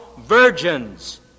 virgins